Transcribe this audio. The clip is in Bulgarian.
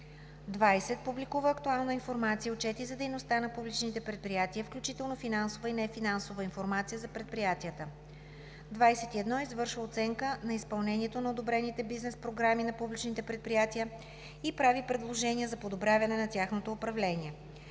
20. публикува актуална информация и отчети за дейността на публичните предприятия, включително финансова и нефинансова информация за предприятията; 21. извършва оценка на изпълнението на одобрените бизнес програми на публичните предприятия и прави предложения за подобряване на тяхното управление;